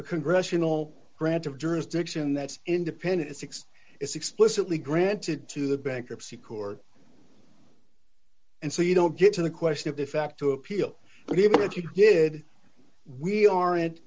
the congressional branch of jurisdiction that's independent six it's explicitly granted to the bankruptcy court and so you don't get to the question of the fact to appeal but even if you did we aren't